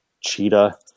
Cheetah